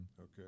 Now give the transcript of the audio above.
Okay